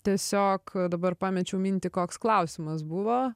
tiesiog dabar pamečiau mintį koks klausimas buvo